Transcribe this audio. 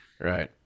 right